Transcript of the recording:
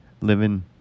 living